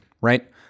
right